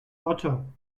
ocho